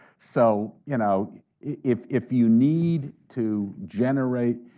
so you know if if you need to generate,